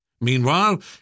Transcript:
Meanwhile